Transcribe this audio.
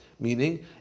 Meaning